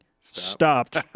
stopped